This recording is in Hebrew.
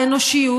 האנושיות,